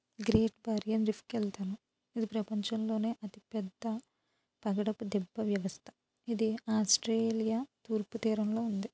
great barrier రీఫ్కి వెళ్తాను అది ప్రయంచంలోనే అతి పెద్ద పగడపు దిబ్బ వ్యవస్థ ఇది ఆస్ట్రేలియా తూర్పు తీరంలో ఉంది